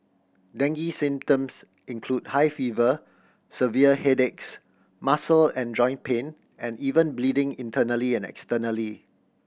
dengue symptoms include high fever severe headaches muscle and joint pain and even bleeding internally and externally